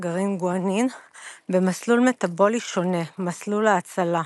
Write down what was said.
הגרעין גואנין במסלול מטבולי שונה - מסלול ההצלה.